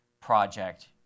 project